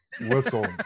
whistle